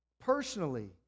personally